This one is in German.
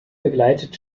begleitet